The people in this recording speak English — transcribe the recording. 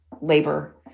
labor